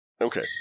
okay